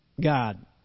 God